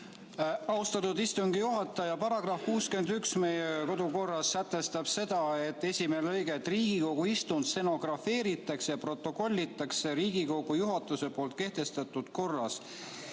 Austatud istungi juhataja! Paragrahv 61 meie kodukorras sätestab, selle esimene lõige, et Riigikogu istungid stenografeeritakse ja protokollitakse Riigikogu juhatuse kehtestatud korras